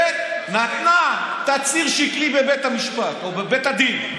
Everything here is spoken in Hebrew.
כן, נתנה תצהיר שקרי בבית המשפט או בבית הדין.